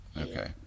okay